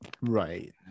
right